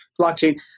blockchain